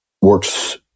works